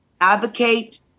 advocate